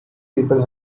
people